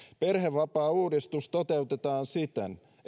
perhevapaauudistus toteutetaan siten